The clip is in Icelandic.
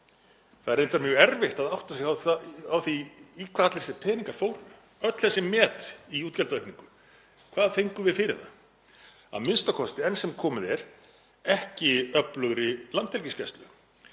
Það er reyndar mjög erfitt að átta sig á því í hvað allir þessir peningar fóru, öll þessi met í útgjaldaaukningu. Hvað fengum við fyrir það? A.m.k., enn sem komið er, ekki öflugri Landhelgisgæslu